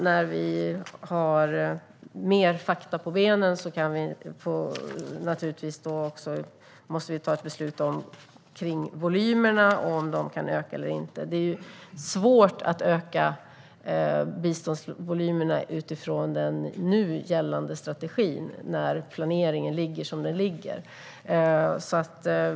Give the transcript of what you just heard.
När vi fått mer kött på benen måste vi naturligtvis fatta ett beslut om volymerna och om de kan öka eller inte. Det är svårt att öka biståndsvolymerna utifrån den nu gällande strategin när planeringen ligger som den ligger.